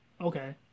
Okay